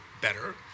better